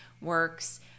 works